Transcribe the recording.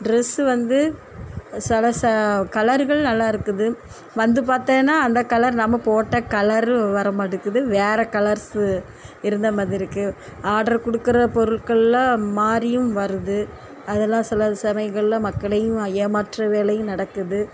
dress வந்து சிலச கலருகள் நல்லா இருக்குது வந்து பார்த்தேன்னா அந்த கலர் நம்ம போட்ட கலரும் வரமாட்டேங்குது வேறு கலர்ஸு இருந்த மாதிரி இருக்குது ஆர்டர் கொடுக்குற பொருட்களெல்லாம் மாறியும் வருது அதெல்லாம் சில சமயங்களில் மக்களையும் ஏமாற்றும் வேலையும் நடக்குது